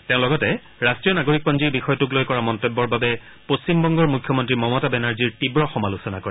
তেওঁ লগতে ৰাষ্ট্ৰীয় নাগৰিকপঞ্জীৰ বিষয়টোক লৈ কৰা মন্তব্যৰ বাবে পশ্চিমবংগৰ মুখ্যমন্তী মমতা বেনাৰ্জীৰ তীৱ সমালোচনা কৰে